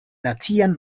nacian